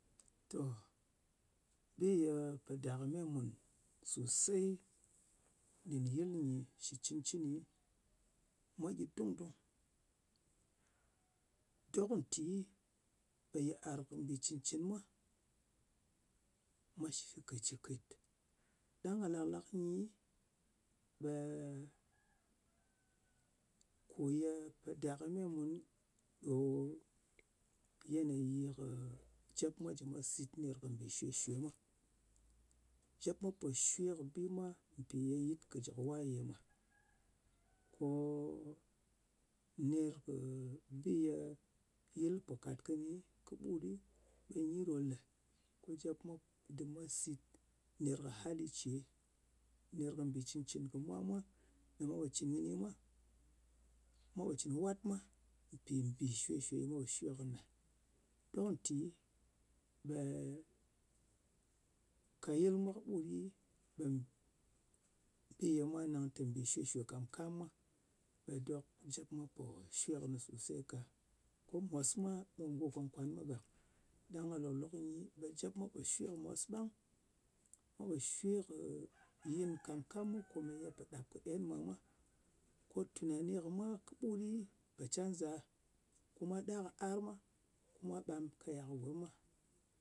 To, bi ye pò dakɨme mùn sosey nɗin yɨl nyi ɗo, shɨ cɨni mwa gyi dung-dung. Dok nti ɓe yiar kɨ mbì cɨn-cɨn mwa shɨkèt-shɨkèt. Ɗang ka lak-lak nyi, ɓe kò ye pò dakɨme mùn ɗo yanayi kɨ jep mwa jɨ mwa sit ner kɨ mbì shwe-shwe mwa. Jep mwa pò shwe kɨ bi mwa mpì ye yɨt kɨ jɨ kɨ waye mwa. Ko ne kɨ bi ye yɨl po kàt kɨni kɨɓut ɗi, ɓe nyi ɗo ne jep mwa dɨm mwa sit ner kɨ hali ce. Ner kɨ mbì cɨn-cɨn kɨ mwa, ko ye mwa po cɨn kɨni mwa. Mwa pò cɨn kɨ wat mwa, mpì mbì shwe-shwe ye mwa pò shwe kɨnɨ ɗa. Dok nti, ɓe ka yɨl mwa kɨɓut ɗɨ ɓe bi ye mwa nang tè mbì shwē-shwè kàm-kam mwa, ɓe dok jep mwa pò shwe kɨni sosey ka. Ko mos ma, ɓe go kwan-kwan mwa gak. Ɗang ka lòk-lok nyi, ɓe jep mwa pò shwe kɨnɨt kɨni ɓang. Mwa pò shwe kɨ yɨn kàm-kam mwa ko ye pò ɗap kɨ en mwa mwa. Ko tùnani kɨ mwa kɨɓut ɗi kɨ canja. Ko mwa ɗar ka ar mwa, ko mwa ɓam kaya kɨ gurm mwa,